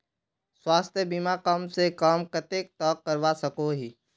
स्वास्थ्य बीमा कम से कम कतेक तक करवा सकोहो ही?